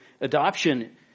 adoption